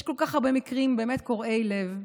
יש כל כך הרבה מקרים באמת קורעי לב.